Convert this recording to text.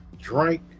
drink